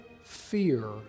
fear